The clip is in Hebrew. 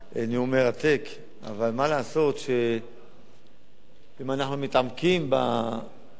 אבל מה לעשות שאם אנחנו מתעמקים בעקרונות החוק,